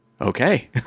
Okay